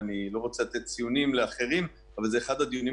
אני לא רוצה לתת ציונים לאחרים אבל זה אחד הדיונים